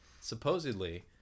Supposedly